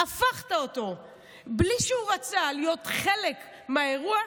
בלי שהוא רצה להיות חלק מהאירוע,